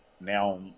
now